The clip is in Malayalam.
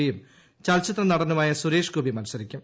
പിയും ചലച്ചിത്ര നടനുമായ സുരേഷ് ഗോപി മത്സരിക്കും